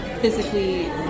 physically